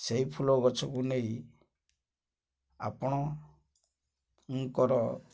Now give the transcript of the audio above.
ସେଇ ଫୁଲ ଗଛକୁ ନେଇ ଆପଣଙ୍କର